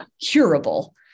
curable